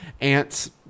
ants